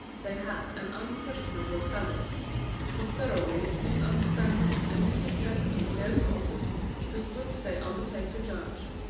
they have an unquestionable talent for thoroughly misunderstanding and misinterpreting those authors whose books they undertake to judge.